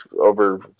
over